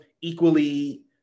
equally